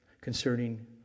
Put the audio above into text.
concerning